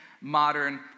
modern